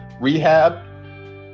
Rehab